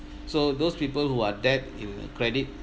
so those people who are debt in a credit